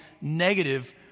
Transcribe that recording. negative